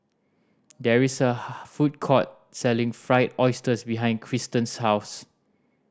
there is a food court selling Fried Oyster behind Kristan's house